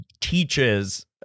teaches